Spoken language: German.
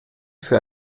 für